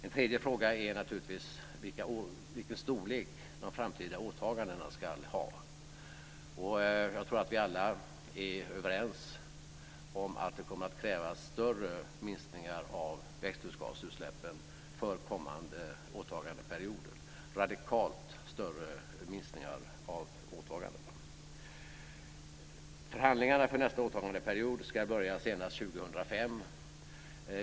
En tredje fråga är naturligtvis vilken storlek de framtida åtagandena ska ha. Jag tror att vi alla är överens om att det kommer att krävas större minskningar av växthusgasutsläppen för kommande åtagandeperioder, radikalt större minskningar. Förhandlingarna för nästa åtagandeperiod ska börja senast 2005.